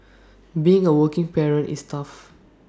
being A working parent is tough